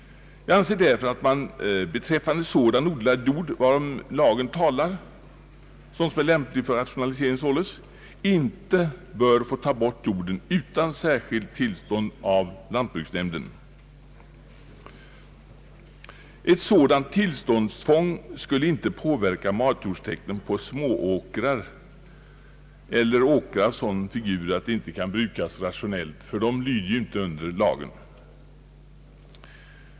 Jag anser därför att man beträffande sådan odlad jord varom lagen talar inte bör få ta bort jorden utan särskilt tillstånd av lantbruksnämnden. Ett sådant tillståndstvång skulle inte påverka matjordstäkten på smååkrar eller åkrar av sådan figur att de inte kan brukas rationellt eftersom de ju inte lyder under denna lag.